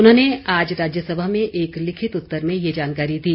उन्होंने आज राज्यसभा में एक लिखित उत्तर में यह जानकारी दी